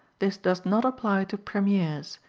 this does not apply to premieres,